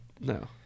no